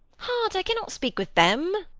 heart, i cannot speak with them.